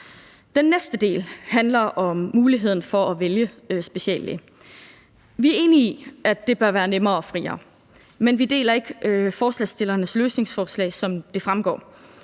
Den næste del handler om muligheden for at vælge speciallæge. Vi er enige i, at det bør være nemmere og friere, men vi deler ikke forslagsstillernes løsningsforslag, sådan som det fremgår